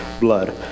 blood